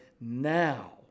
now